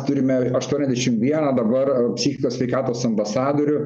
turime aštuoniasdešim vieną dabar psichikos sveikatos ambasadorių